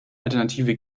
alternative